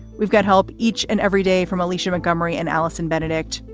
we've got help each and every day from alicia montgomery and allison benedikt.